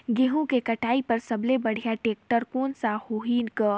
गहूं के कटाई पर सबले बढ़िया टेक्टर कोन सा होही ग?